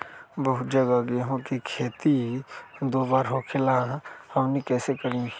बहुत जगह गेंहू के खेती दो बार होखेला हमनी कैसे करी?